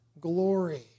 glory